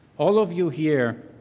all of you here